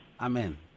Amen